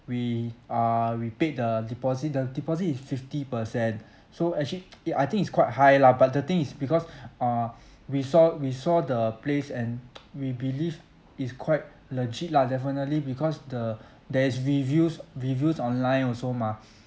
we err we paid the deposit the deposit is fifty percent so actually it I think it's quite high lah but the thing is because uh we saw we saw the place and we believe it's quite legit lah definitely because the there's reviews reviews online also mah